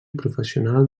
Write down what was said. professional